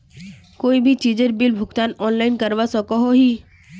कोई भी चीजेर बिल भुगतान ऑनलाइन करवा सकोहो ही?